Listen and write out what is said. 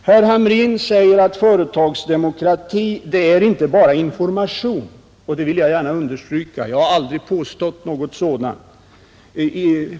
Herr Hamrin säger att företagsdemokrati inte bara är information, och det vill jag gärna understryka. Jag har aldrig påstått något annat.